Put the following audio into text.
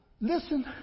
listen